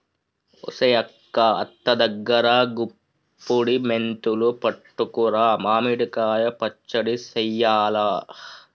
ఒసెయ్ అక్క అత్త దగ్గరా గుప్పుడి మెంతులు పట్టుకురా మామిడి కాయ పచ్చడి సెయ్యాల